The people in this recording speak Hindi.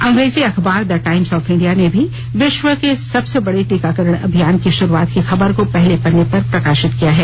अंग्रेजी अखबार द टाईम्स ऑफ इंडिया ने भी वि व के सबसे बड़े टीकाकरण अभियान की भाुरूआत की खबर को पहले पन्ने पर प्रकाप्रित किया है